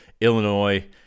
Illinois